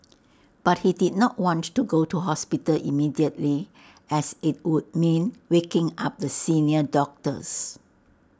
but he did not want to go to hospital immediately as IT would mean waking up the senior doctors